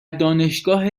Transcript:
دانشگاه